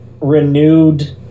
renewed